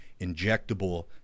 injectable